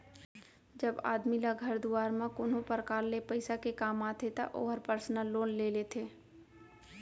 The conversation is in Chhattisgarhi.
जब आदमी ल घर दुवार म कोनो परकार ले पइसा के काम आथे त ओहर पर्सनल लोन ले लेथे